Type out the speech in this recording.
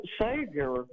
Savior